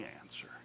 answer